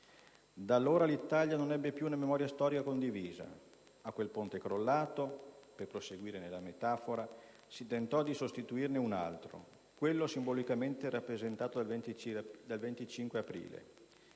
Da allora l'Italia non ebbe più una memoria storica condivisa. A quel ponte crollato, per proseguire nella metafora, si tentò di sostituirne un altro: quello simbolicamente rappresentato dal 25 aprile,